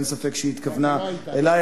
ואין ספק שהיא התכוונה אלי.